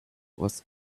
was